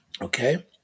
Okay